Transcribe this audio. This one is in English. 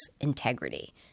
integrity